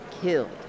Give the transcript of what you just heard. killed